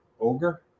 Ogre